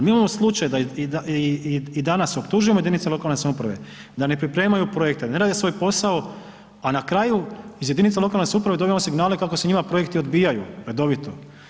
Mi imamo slučaj da i danas optužujemo jedinice lokalne samouprave da ne pripremaju projekte, ne rade svoj posao a na kraju iz jedinica lokalne samouprave dobivamo signale kako se njima projekti odvijaju redovito.